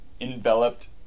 enveloped